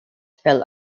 fell